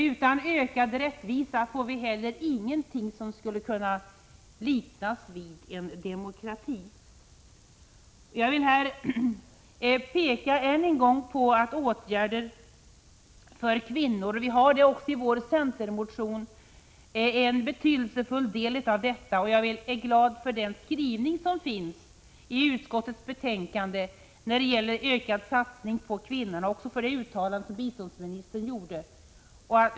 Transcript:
Utan ökad rättvisa får vi heller ingenting som skulle kunna liknas vid en demokrati. Jag vill än en gång påpeka att åtgärder för kvinnor är en betydelsefull del av detta, och det framhåller vi också i centermotionen. Jag är glad för den skrivning som finns i utskottets betänkande när det gäller ökad satsning på kvinnorna och också för det uttalande som biståndsministern gjorde.